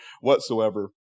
whatsoever